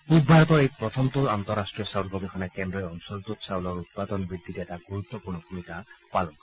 পুব ভাৰতৰ এই প্ৰথমটো আন্তঃৰষ্টীয় চাউল গৱেষণা কেন্দ্ৰই অঞ্চলটোত চাউলৰ উৎপাদন বৃদ্ধিত এটা গুৰুত্বপূৰ্ণ ভূমিকা পালন কৰিব